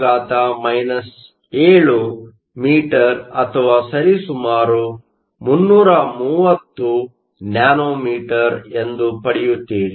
3x10 7 m ಅಥವಾ ಸರಿಸುಮಾರು 330 nm ಎಂದು ಪಡೆಯುತ್ತೀರಿ